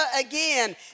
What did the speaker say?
again